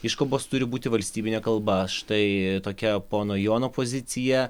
iškabos turi būti valstybine kalba štai tokia pono jono pozicija